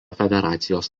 federacijos